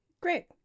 Great